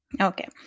Okay